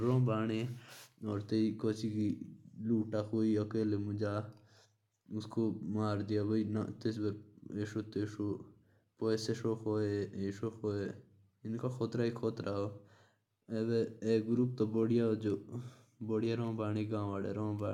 बहुत बेकार